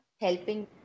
helping